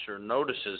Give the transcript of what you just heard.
notices